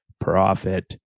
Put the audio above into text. profit